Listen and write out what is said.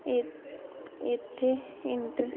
ਏ ਇੱਥੇ ਇੰਟਰ